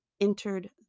entered